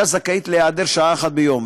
אישה זכאית להיעדר שעה אחת ביום,